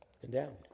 Condemned